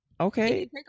okay